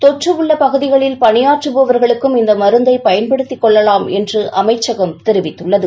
தொற்று உள்ள பகுதிகளில் பணியாற்றுபவர்களுக்கும் இந்த மருந்தைப் பயன்படுத்திக் கொள்ளலாம் என்று அமைச்சகம் தெரிவித்துள்ளது